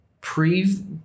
pre